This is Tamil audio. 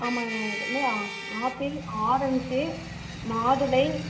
ஆமாம்ங்க என்றைக்கு வந்து ஆப்பிள் ஆரஞ்சு மாதுளை